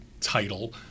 title